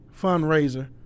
fundraiser